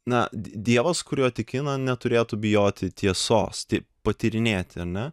na dievas kuriuo tiki na neturėtų bijoti tiesos tai patyrinėti ane